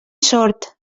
sord